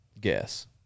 guess